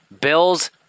Bills